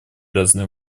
разные